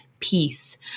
peace